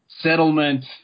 settlement